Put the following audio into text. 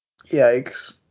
Yikes